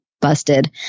busted